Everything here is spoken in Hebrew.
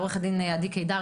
עו"ד עדי קידר